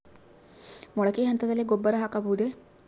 ಮೊಳಕೆ ಹಂತದಲ್ಲಿ ಗೊಬ್ಬರ ಹಾಕಬಹುದೇ?